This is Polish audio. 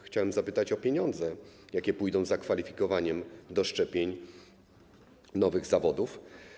Chciałem zapytać o pieniądze, jakie pójdą za kwalifikowaniem do szczepień nowych zawodów.